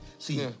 See